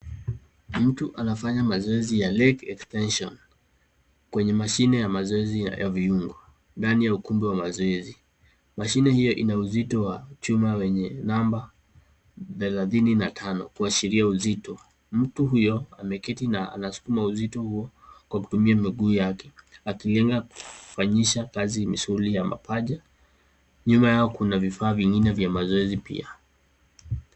Mtu anafanya mazoezi ya Leg Extension kwenye mashine ya mazoezi ya viungo ndani ya ukumbi wa mazoezi. Mashine hiyo inauzito wa chuma yenye namba thelathini na tano kuashiria uzito. Mtu huyo ameketi na anasukuma uzito huo kwa kutumia miguu yake akilenga kufanyisha kazi misuli ya mapaja. Nyuma yao kuna vifaa vyengine vya mazoezi mpya.